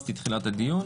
פספסתי את תחילת הדיון